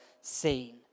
seen